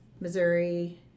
missouri